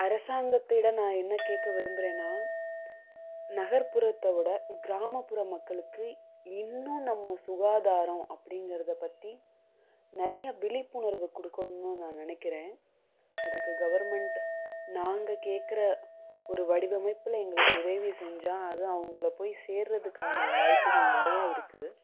அரசாங்கத்திடம் நான் என்ன கேட்க விரும்புறேன்னா நகர்புறத்தை விட கிராமப்புற மக்களுக்கு இன்னும் நம்ம சுகாதாரம் அப்படிங்கறத பற்றி நிறைய விழிப்புணர்வு கொடுக்கணுன்னு நான் நினைக்குறேன் அதுக்கு கவர்மெண்ட் நாங்கள் கேட்கற ஒரு வடிவமைப்பில் எங்களுக்கு உதவி செஞ்சால் அது அவங்கள போய் சேர்றதுக்கான வாய்ப்புகள் நிறையா இருக்கு